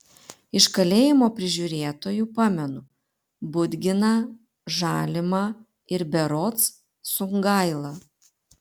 iš kalėjimo prižiūrėtojų pamenu budginą žalimą ir berods sungailą